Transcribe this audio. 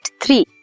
three